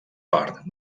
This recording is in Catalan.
part